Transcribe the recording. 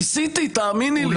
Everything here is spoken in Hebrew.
ניסיתי, תאמיני לי.